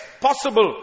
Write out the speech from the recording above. possible